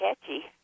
catchy